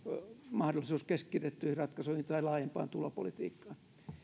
mahdollisuus keskitettyihin ratkaisuihin tai laajempaan tulopolitiikkaan